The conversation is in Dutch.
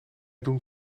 doen